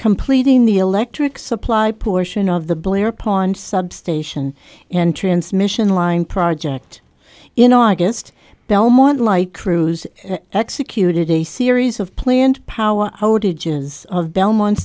completing the electric supply portion of the blair pond substation and transmission line project in august belmont light crews executed a series of planned power outages of belmont